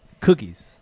cookies